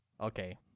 Okay